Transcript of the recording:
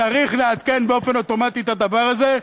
צריך לעדכן באופן אוטומטי את הדבר הזה,